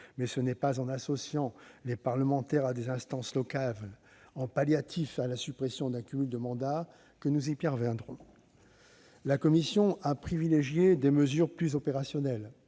Et ce n'est pas en associant les parlementaires à des instances locales, en palliatif à la suppression du cumul des mandats, que nous y parviendrons. La commission a privilégié des mesures plus opérationnelles,